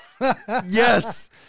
Yes